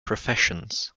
professions